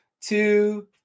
two